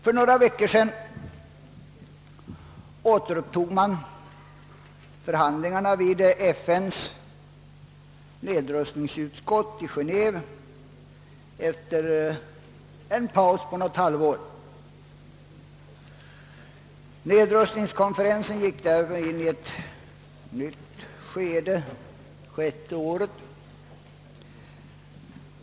För några veckor sedan återupptog man förhandlingarna vid FN:s nedrustningsutskott i Genéve efter en paus på något halvår. Nedrustningskonferensen gick därmed in i ett nytt skede, det sjätte året.